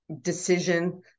decision